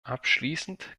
abschließend